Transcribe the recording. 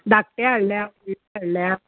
धाकटें हाडल्या फुल हाडल्या